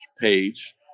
page